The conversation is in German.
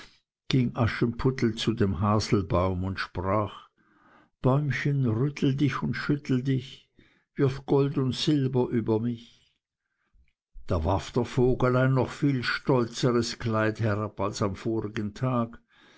ging aschenputtel zu dem haselbaum und sprach bäumchen rüttel dich und schüttel dich wirf gold und silber über mich da warf der vogel ein noch viel stolzeres kleid herab als am vorigen tag